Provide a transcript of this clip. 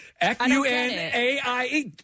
F-U-N-A-I-E